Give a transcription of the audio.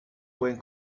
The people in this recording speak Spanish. pueden